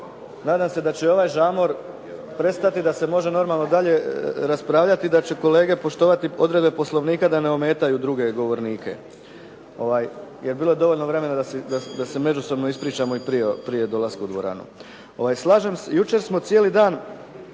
nadam se da će ovaj žamor prestati da se može normalno dalje raspravljati i da će kolege poštovati odredbe Poslovnika da ne ometaju druge govornike jer je bilo dovoljno vremena da se međusobno ispričamo i prije dolaska u dvoranu. Slažem se, jučer smo cijeli dan